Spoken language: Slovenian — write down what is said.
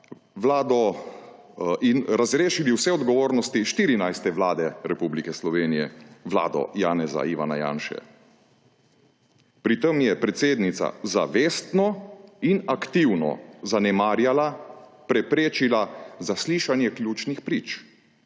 in razrešili vse odgovornosti 14. vlado Republike Slovenije, vlado Janeza (Ivana) Janše. Pri tem je predsednica zavestno in aktivno zanemarjala, preprečila zaslišanje ključnih prič